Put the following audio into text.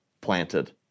planted